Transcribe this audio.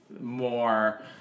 more